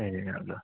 ए हजुर